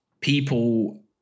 people